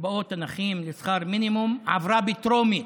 קצבאות הנכים לשכר מינימום עברה בטרומית.